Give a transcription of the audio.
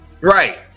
right